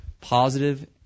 positive